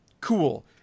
cool